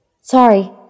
Sorry